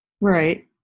Right